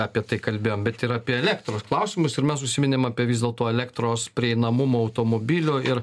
apie tai kalbėjom bet ir apie elektros klausimus ir mes užsiminėm apie vis dėlto elektros prieinamumo automobilio ir